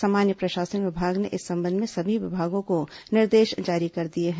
सामान्य प्रशासन विभाग ने इस संबंध में सभी विभागों को निर्देश जारी कर दिए हैं